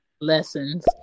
lessons